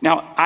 now i